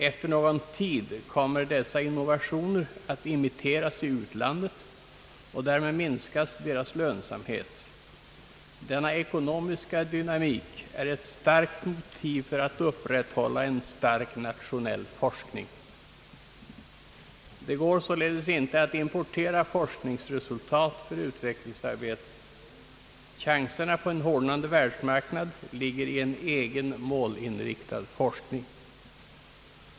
Efter någon tid kommer dessa innovationer att imiteras i utlandet och därmed minskas deras lönsamhet. Denna ekonomiska dynamik är ett starkt motiv för att upprätthålla en stark nationell forskning.» Det går således inte att importera forskningsresultat för utvecklingsarbete. Chanserna på en hårdnande världsmarknad ligger i en egen målinriktad forskning.